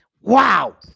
wow